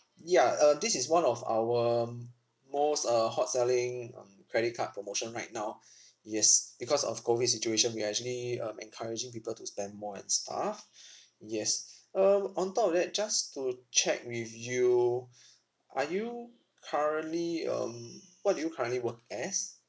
ya uh this is one of our um most uh hot selling um credit card promotion right now yes because of COVID situation we actually um encouraging people to spend more and stuff yes um on top of that just to check with you are you currently um what do you currently work as